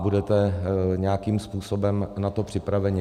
Budete nějakým způsobem na to připraveni?